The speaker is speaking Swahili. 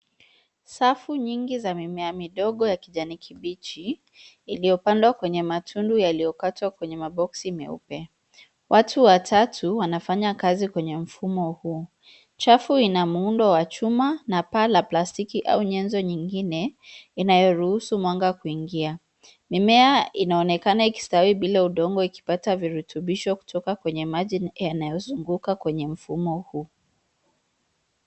Safu nyingi za mimea midogo ya kijani kibichi iliyopandwa kwenye matundu yaliyokatwa kwenye maboksi meupe. Watu watatu wanafanya kazi kwenye mfumo huu. Chafu ina muundo wa chuma na paa la plastiki au nyenzo nyingine inayoruhusu mwanga kuingia. Mimea inaonekana ikistawi bila udongo ikipata virutubisho kutoka kwenye maji yanayozunguka kwenye mfumo huu.